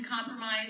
compromise